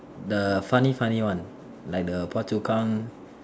the funny funny one like the Phua-Chu-Kang